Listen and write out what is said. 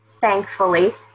thankfully